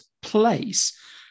place